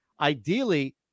ideally